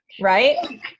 Right